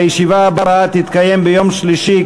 הישיבה הבאה תתקיים ביום שלישי,